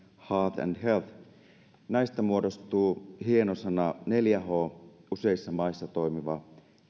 heart näistä muodostuu hieno sana neljä h useissa maissa toimiva